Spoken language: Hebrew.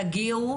תגיעו